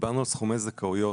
דיברנו על סכומי זכאויות,